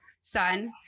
son